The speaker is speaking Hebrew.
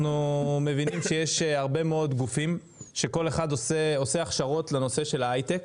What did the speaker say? אנחנו מבינים שיש הרבה מאוד גופים שכל אחד עושה הכשרות לנושא של ההייטק,